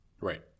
Right